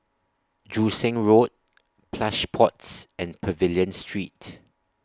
Joo Seng Road Plush Pods and Pavilion Street